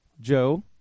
Joe